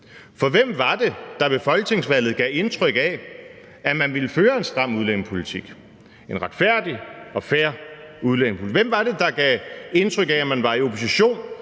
For hvem var det, der ved folketingsvalget gav indtryk af, at man ville føre en stram udlændingepolitik, en retfærdig og fair udlændingepolitik? Hvem var det, der gav indtryk af, at man var i opposition